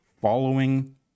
following